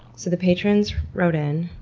so the patrons wrote in.